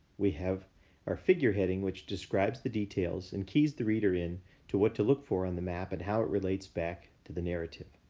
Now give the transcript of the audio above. we have our figure heading, which describes the details and keys the reader in to what to look for on the map and how it relates back to the narrative.